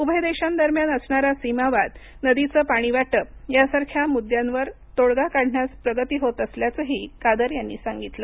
उभय देशांदरम्यान असणारा सीमावाद नदीचं पाणी वाटप यासारख्या मुद्द्यावर तोडगा काढण्यात प्रगती होत असल्याचंही कादर यांनी सांगितलं